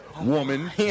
Woman